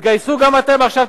התגייסו גם אתם עכשיו,